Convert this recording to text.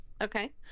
okay